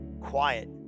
Quiet